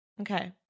Okay